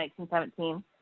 1917